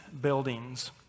buildings